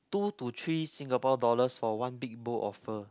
two to three Singapore dollars for one big bowl of pho